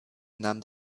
nahm